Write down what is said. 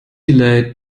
delayed